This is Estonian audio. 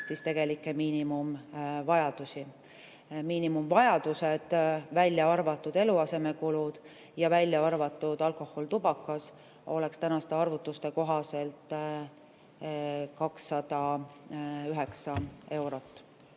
pere tegelikke miinimumvajadusi. Miinimumvajadused, välja arvatud eluasemekulud ning välja arvatud alkohol ja tubakas, oleks tänaste arvutuste kohaselt 209 eurot.